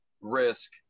risk